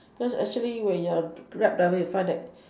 cause actually when you're a grab driver you find that